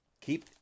Keep